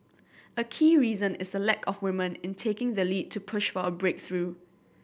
a key reason is lack of women in taking the lead to push for a breakthrough